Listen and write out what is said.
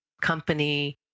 company